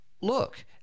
look